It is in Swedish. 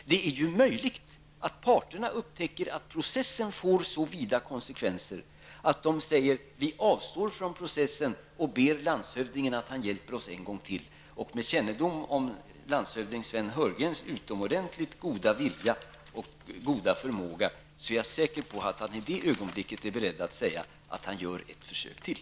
Det är möjligt att parterna upptäcker att processen får så stora konsekvenser att de säger att de avstår från processen och ber landshövdingen att hjälpa dem en gång till. Med kännedom om landshövding Sven Heurgrens utomordentligt goda vilja och stora förmåga är jag säker på att han i det ögonblicket är beredd att säga att han gör ett försök till.